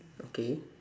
okay